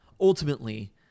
ultimately